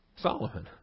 Solomon